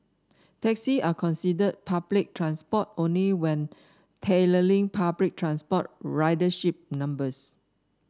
taxis are considered public transport only when tallying public transport ridership numbers